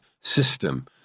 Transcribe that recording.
system